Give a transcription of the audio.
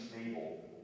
stable